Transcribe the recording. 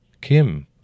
Kim